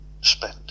spent